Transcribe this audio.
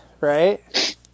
Right